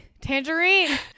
Tangerine